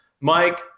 Mike